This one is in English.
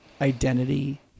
identity